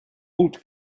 old